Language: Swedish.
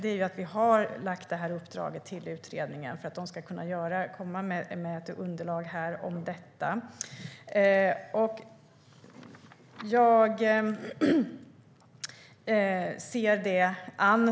Det är skälet till att vi har lagt det här uppdraget till utredningen för att de ska kunna komma med ett underlag om detta, och jag ser detta an.